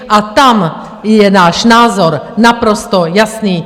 A tam je náš názor naprosto jasný.